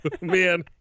man